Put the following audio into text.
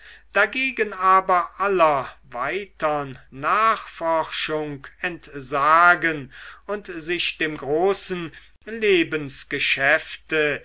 dagegen aber aller weitern nachforschung entsagen und sich dem großen